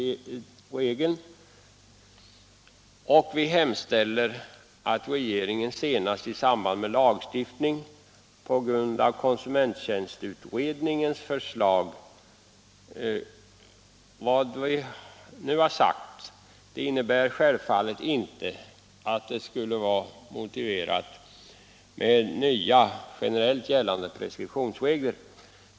Vi hemställer att regeringen förelägger riksdagen förslag om särskilda preskriptionsregler senast i samband med att förslag till lagstiftning på grundval av konsumenttjänstutredningens arbete föreläggs riksdagen. Vad jag nu har sagt innebär självfallet inte att det skulle vara motiverat med nya, generellt gällande preskriptionsregler.